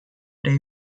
day